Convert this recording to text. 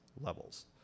levels